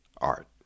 Art